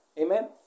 Amen